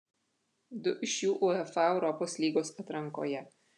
du iš jų uefa europos lygos atrankoje